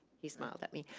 he smiled at me.